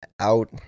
out